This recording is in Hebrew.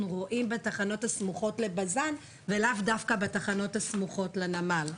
רואים בתחנות הסמוכות לבז"ן ולאו דווקא בתחנות הסמוכות לנמל,